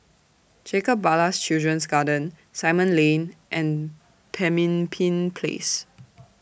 Jacob Ballas Children's Garden Simon Lane and Pemimpin Place